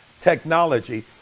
technology